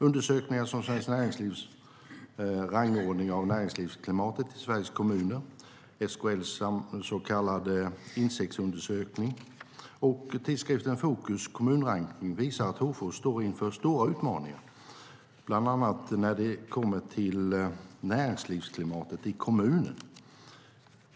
Undersökningar som Svenskt Näringslivs rangordning av näringslivsklimatet i Sveriges kommuner, SKL:s så kallade insiktsundersökning och tidskriften Fokus kommunrankning visar att Hofors står inför stora utmaningar, bland annat när det kommer till näringslivsklimatet i kommunen.